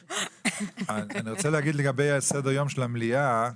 אני רוצה להגיד לגבי סדר היום של המליאה,